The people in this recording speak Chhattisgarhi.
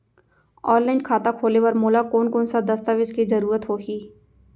ऑनलाइन खाता खोले बर मोला कोन कोन स दस्तावेज के जरूरत होही?